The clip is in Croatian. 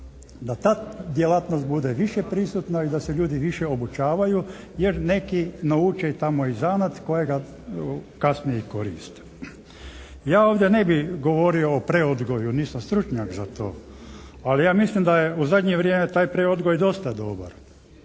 da djelatnost bude više prisutna i da se ljudi više obučavaju jer neki nauče tamo i zanat kojega kasnije i koriste. Ja ovdje ne bi govorio o preodgoju, nisam stručnjak za to. Ali ja mislim da je u zadnje vrijeme taj preodgoj dosta dobar.